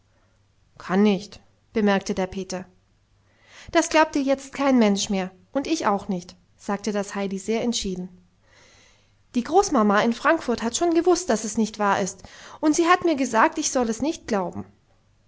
kann nicht bemerkte der peter das glaubt dir jetzt kein mensch mehr und ich auch nicht sagte das heidi sehr entschieden die großmama in frankfurt hat schon gewußt daß es nicht wahr ist und sie hat mir gesagt ich soll es nicht glauben